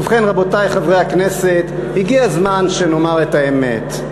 ובכן, רבותי חברי הכנסת, הגיע הזמן שנאמר את האמת.